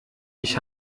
ich